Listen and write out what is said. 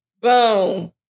Boom